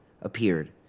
appeared